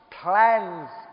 plans